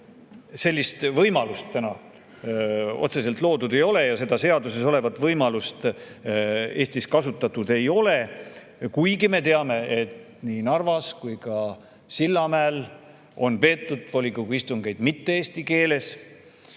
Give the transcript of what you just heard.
Sellist võimalust täna otseselt loodud ei ole ja seda seaduses olevat võimalust Eestis kasutatud ei ole. Kuigi me teame, et nii Narvas kui ka Sillamäel on peetud volikogu istungeid mitte eesti keeles,